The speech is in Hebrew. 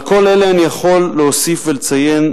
על כל אלה אני יכול להוסיף ולציין,